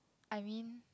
I mean